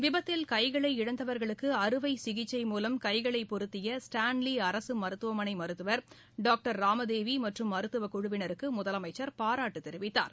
விபத்தில் கைகளை இழந்தவர்களுக்கு அறுவை சிகிச்சை மூலம் கைகளைப் பொருத்திய ஸ்டான்லி அரசு மருத்துவமனை மருத்துவர் டாக்டர் ராமதேவி மற்றும் மருத்துவ குழுவினருக்கு முதலமைச்ச் பாராட்டு தெரிவித்தார்